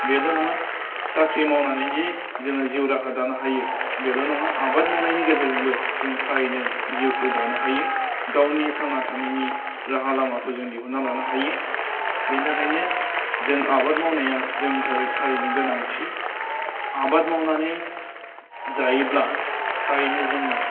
बेल' नङा साख्रि मावनानै जे जोङो जिउ राहा दानो हायो बेल' नङा आबाद मावनायनि गेजेरजोंबो जों थारैनो जिउखौ दानो हायो गावनि थांना थानायनि राहा लामाखौ जों दिहुन्ना लानो हायो बेनि थाखायनो जों आबाद मावनाया जोंनि थाखाय थारैनो गोनांथि आबाद मावनानै जायोब्ला थारैनो जोङो